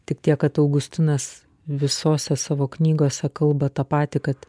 tik tiek kad augustinas visose savo knygose kalba tą patį kad